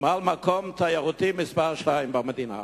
מעל המקום התיירותי מספר שתיים במדינה?